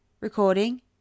Recording